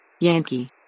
Yankee